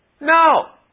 No